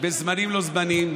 בזמנים לא זמנים: